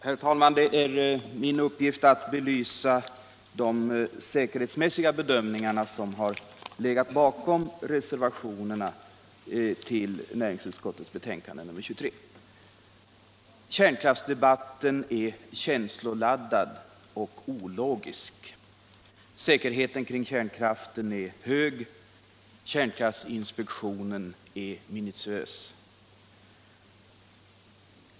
Herr talman! Det är min uppgift att belysa de säkerhetsmässiga bedömningar som ligger bakom reservationerna till näringsutskottets betänkande nr 23. Kärnkraftsdebatten är känsloladdad och ologisk. Säkerheten kring kärnkraften är hög. Kärnkraftsinspektionen är minutiöst noggrann.